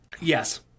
Yes